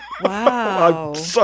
wow